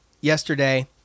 yesterday